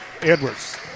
Edwards